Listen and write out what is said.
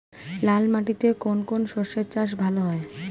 লাল মাটিতে কোন কোন শস্যের চাষ ভালো হয়?